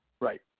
right